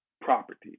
property